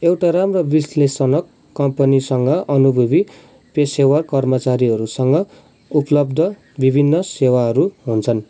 एउटा राम्रो विश्लेषणक कम्पनीसँग अनुभवी पेसेवर कर्मचारीहरूसँग उपलब्ध विभिन्न सेवाहरू हुन्छन्